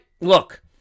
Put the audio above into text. look